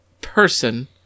person